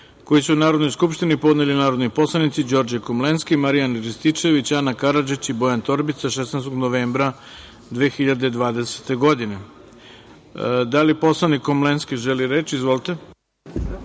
koji su Narodnoj skupštini podneli narodni poslanici Đorđe Komlenski, Marijan Rističević, Ana Karadžić i Bojan Torbica 16. novembra 2020. godine. Da li poslanik Komlenski želi reč? Izvolite.